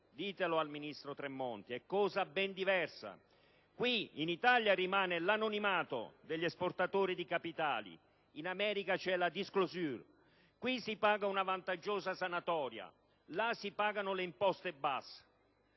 ditelo al ministro Tremonti: in Italia rimane l'anonimato sugli esportatori di capitali, in America c'è la *disclosure*; qui si paga una vantaggiosa sanatoria, là si pagano le imposte base.